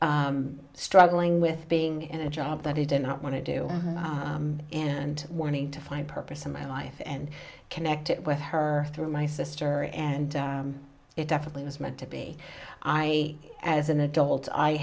struggling with being in a job that he did not want to do and wanted to find purpose in my life and connect it with her through my sister and it definitely was meant to be i as an adult i